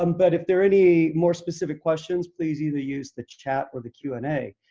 um but if there are any more specific questions, please either use the chat or the q and a.